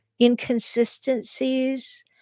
inconsistencies